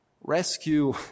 rescue